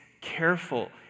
careful